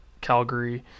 Calgary